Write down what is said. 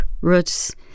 roots